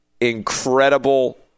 incredible